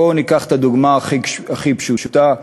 בואו ניקח את הדוגמה הכי פשוטה,